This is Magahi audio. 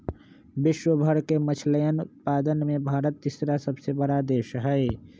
विश्व भर के मछलयन उत्पादन में भारत तीसरा सबसे बड़ा देश हई